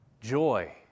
Joy